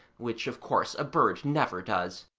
which, of course, a bird never does.